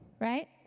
right